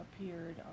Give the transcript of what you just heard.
appeared